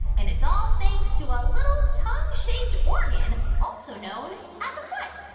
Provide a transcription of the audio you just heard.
and it's all thanks to a little tongue-shaped organ also known as a foot.